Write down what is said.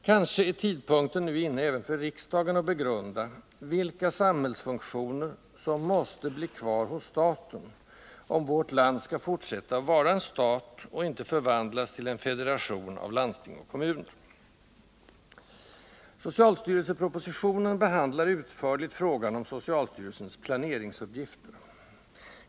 Kanske är tidpunkten nu inne även för riksdagen att begrunda vilka samhällsfunktioner som måste bli kvar hos staten, om vårt land skall fortsätta att vara en stat och inte förvandlas till en federation av landsting och kommuner. Socialstyrelsepropositionen behandlar utförligt frågan om socialstyrelsens planeringsuppgifter.